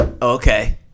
Okay